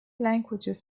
languages